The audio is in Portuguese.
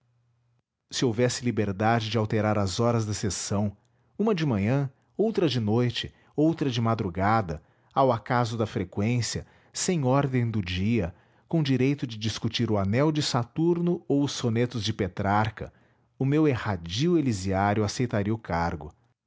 se houvesse liberdade de alterar as horas da sessão uma de manhã outra de noite outra de madrugada ao acaso da freqüência sem ordem do dia com direito de discutir o anel de saturno ou os sonetos de petrarca o meu erradio elisiário aceitaria o cargo